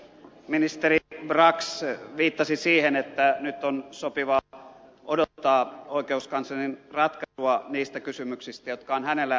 ministeri brax viittasi siihen että nyt on sopivaa odottaa oikeuskanslerin ratkaisua niistä kysymyksistä jotka ovat hänellä selvitettävänä